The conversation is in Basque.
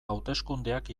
hauteskundeak